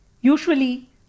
Usually